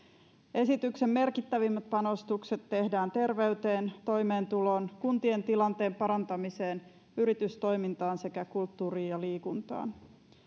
esityksen merkittävimmät panostukset tehdään terveyteen toimeentuloon kuntien tilanteen parantamiseen yritystoimintaan sekä kulttuuriin ja liikuntaan